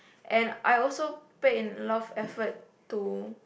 and I also put in a lot of effort to